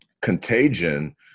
Contagion